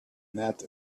net